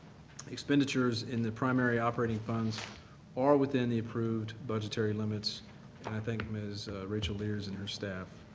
expenditures in the primary operating funds are within the approved budgetary limits, and i thank ms. rachel lierz and her staff.